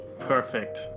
Perfect